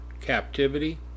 Captivity